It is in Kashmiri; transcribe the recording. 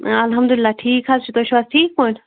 آ الحمدُ اللہ ٹھیٖک حظ چھِ تُہۍ چھُو حظ ٹھیٖک پٲٹھۍ